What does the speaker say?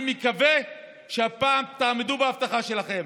אני מקווה שהפעם תעמדו בהבטחה שלכם.